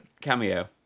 cameo